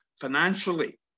financially